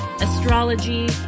astrology